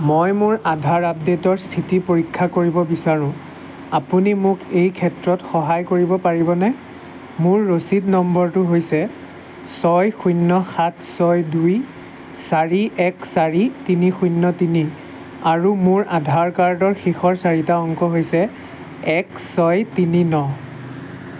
মই মোৰ আধাৰ আপডে'টৰ স্থিতি পৰীক্ষা কৰিব বিচাৰোঁ আপুনি মোক এই ক্ষেত্ৰত সহায় কৰিব পাৰিবনে মোৰ ৰচিদ নম্বৰটো হৈছে ছয় শূন্য সাত ছয় দুই চাৰি এক চাৰি তিনি শূন্য তিনি আৰু মোৰ আধাৰ কাৰ্ডৰ শেষৰ চাৰিটা অংক হৈছে এক ছয় তিনি ন